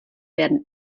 werden